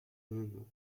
maman